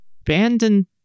abandoned